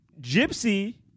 Gypsy